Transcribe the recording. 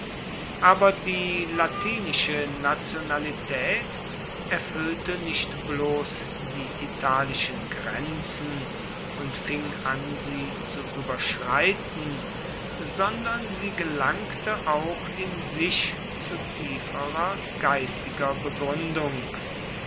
aber die latinische nationalität erfüllte nicht bloß die italischen grenzen und fing an sie zu überschreiten sondern sie gelangte auch in sich zu tieferer geistiger begründung